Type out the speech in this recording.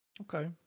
Okay